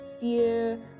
fear